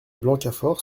blancafort